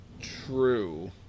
True